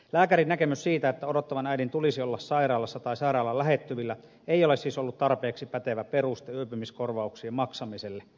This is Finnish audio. lääkärin näkemys siitä että odottavan äidin tulisi olla sairaalassa tai sairaalan lähettyvillä ei ole siis ollut tarpeeksi pätevä peruste yöpymiskorvauksien maksamiselle